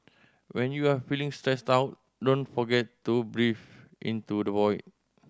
when you are feeling stressed out don't forget to breathe into the void